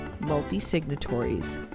multi-signatories